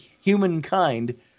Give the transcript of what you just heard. humankind